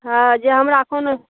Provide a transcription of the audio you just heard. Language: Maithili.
हँ जे हमरा कोनो